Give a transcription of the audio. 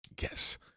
Yes